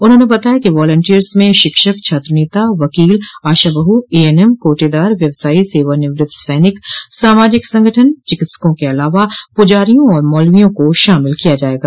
उन्होंने बताया कि वालंटियर्स में षिक्षक छात्र नेता वकील आषाबह एएनएम कोटेदार व्यवसायी सेवा निवृत्त सैनिक सामाजिक संगठन चिकित्सकों के अलावा पुजारियों और मौलवियों को षामिल किया जायेगा